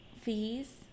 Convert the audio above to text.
fees